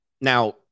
Now